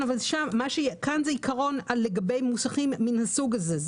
כאן זה עיקרון לגבי מוסכים מן הסוג הזה.